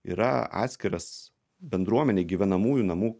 yra atskiras bendruomenėj gyvenamųjų namų